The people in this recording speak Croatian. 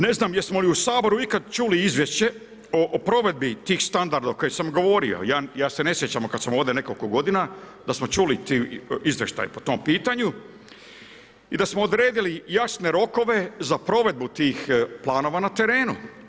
Ne znam jesmo li u Saboru ikad čuli izvješće o provedbi tih standarda o kojima sam govorio, ja se ne sjećam od kad sam ovdje nekoliko godina, dasmo čuli taj izvještaj po tom pitanju i da smo odredili jasne rokove za provedbu tih planova na terenu.